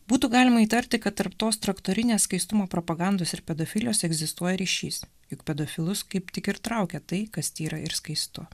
būtų galima įtarti kad tarp tos traktorinės skaistumo propagandos ir pedofilijos egzistuoja ryšys juk pedofilus kaip tik ir traukia tai kas tyra ir skaistu